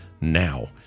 now